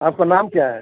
آپ کا نام کیا ہے